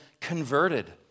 converted